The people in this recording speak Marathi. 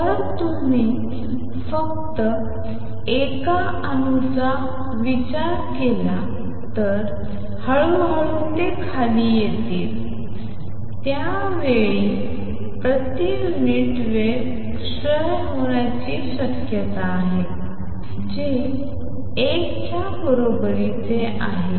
जर तुम्ही फक्तएका अणूचा विचार केला तर हळू हळू तो खाली येतो त्यात प्रति युनिट वेळ क्षय होण्याची शक्यता आहे जे 1 च्या बरोबरीचे आहे